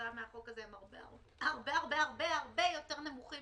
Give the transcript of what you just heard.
כתוצאה מהחוק הזה הם הרבה הרבה הרבה יותר נמוכים